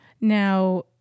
now